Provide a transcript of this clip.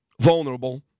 vulnerable